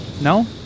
No